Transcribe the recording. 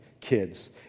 kids